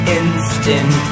instant